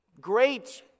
great